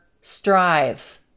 strive